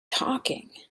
talking